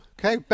Okay